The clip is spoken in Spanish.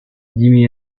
jimmy